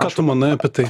ką tu manai apie tai